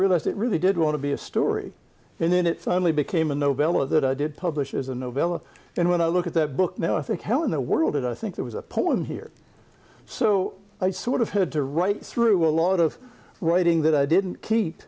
realized it really did want to be a story and then it suddenly became a novella that i did published as a novella and when i look at that book now i think how in the world did i think there was a poem here so i sort of had to write through a lot of writing that i didn't keep